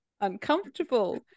uncomfortable